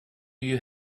you